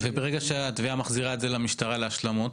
וברגע שהתביעה מחזירה את זה למשטרה להשלמות?